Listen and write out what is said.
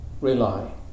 rely